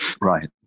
Right